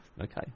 okay